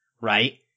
right